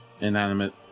inanimate